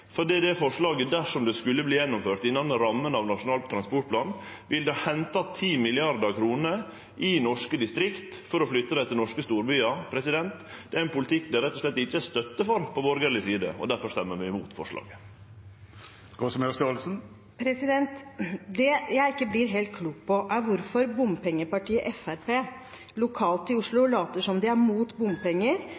fordi det forslaget, dersom det skulle verte gjennomført innan rammene av Nasjonal transportplan, ville ha henta 10 mrd. kr i norske distrikt for å flytte dei til norske storbyar. Det er ein politikk det rett og slett ikkje er støtte for på borgarleg side. Difor stemmer vi imot forslaget. Det jeg ikke blir helt klok på, er hvorfor bompengepartiet Fremskrittspartiet lokalt i Oslo